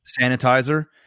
Sanitizer